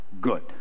good